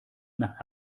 nach